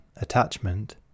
Attachment